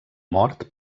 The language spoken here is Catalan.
mort